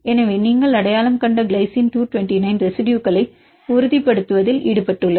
எனவே நீங்கள் அடையாளம் கண்ட கிளைசின் 229 ரெசிடுயுகளை உறுதிப்படுத்துவதில் ஈடுபட்டுள்ளது